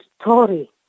story